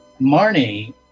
Marnie